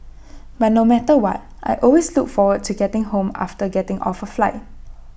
but no matter what I always look forward to getting home after getting off A flight